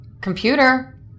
computer